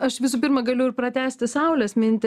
aš visų pirma galiu ir pratęsti saulės mintį